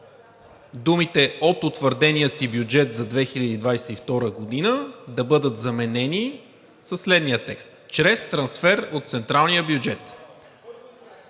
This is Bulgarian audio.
думите „от утвърдения си бюджет за 2022 г.“ да бъдат заменени със следния текст: „чрез трансфер от централния бюджет“.